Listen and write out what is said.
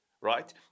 right